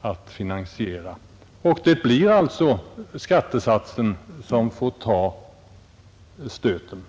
att finansiera sin verksamhet. Det blir alltså skattesatsen som får ta stöten.